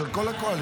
של כל הקואליציה.